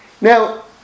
Now